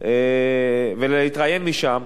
ולהתראיין משם.